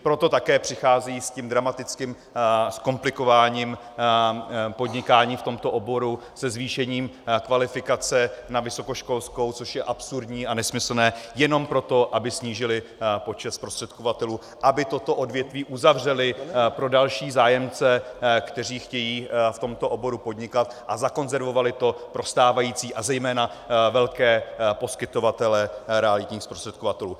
Proto také přicházejí s tím dramatickým zkomplikováním podnikání v tomto oboru, se zvýšením kvalifikace na vysokoškolskou, což je absurdní a nesmyslné, jenom proto, aby snížili počet zprostředkovatelů, aby toto odvětví uzavřeli pro další zájemce, kteří chtějí v tomto oboru podnikat, a zakonzervovali to pro stávající a zejména velké poskytovatele realitních zprostředkovatelů.